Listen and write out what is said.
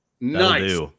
Nice